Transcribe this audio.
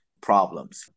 problems